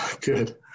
Good